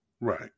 Right